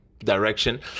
direction